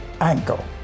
angle